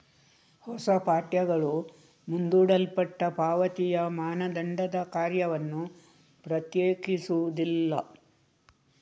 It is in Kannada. ಹೊಸ ಪಠ್ಯಗಳು ಮುಂದೂಡಲ್ಪಟ್ಟ ಪಾವತಿಯ ಮಾನದಂಡದ ಕಾರ್ಯವನ್ನು ಪ್ರತ್ಯೇಕಿಸುವುದಿಲ್ಲ